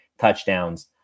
touchdowns